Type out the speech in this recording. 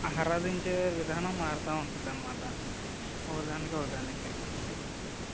ఆరాధించే విధానం మారుతూ ఉంటుందనమాట ఒకదానికి ఒకదానికి